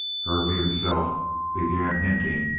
hervey himself began hinting,